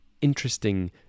interesting